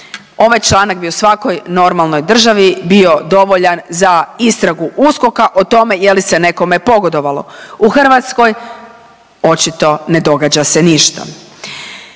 Ovaj članak bi u svakoj normalnoj državi bio dovoljan za istragu USKOK-a o tome je li se nekome pogodovalo. U Hrvatskoj očito ne događa se ništa.